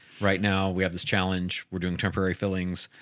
right now we have this challenge. we're doing temporary fillings.